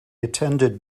attended